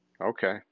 Okay